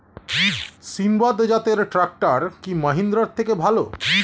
সিণবাদ জাতের ট্রাকটার কি মহিন্দ্রার থেকে ভালো?